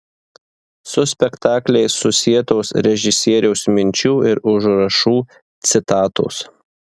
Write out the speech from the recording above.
su spektakliais susietos režisieriaus minčių ir užrašų citatos